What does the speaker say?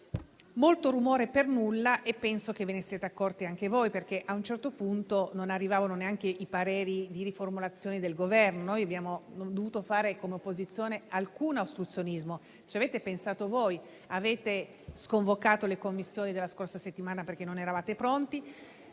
molto rumore per nulla e penso che ve ne siate accorti anche voi, perché ad un certo punto non arrivavano neanche i pareri sulle riformulazioni del Governo. Noi non abbiamo dovuto fare, come opposizione, alcun ostruzionismo. Ci avete pensato voi. Avete sconvocato le Commissioni della scorsa settimana perché non eravate pronti.